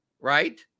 right